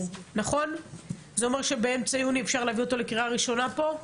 זה אומר שבאמצע יוני אפשר להביא אותו לקריאה ראשונה פה?